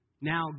Now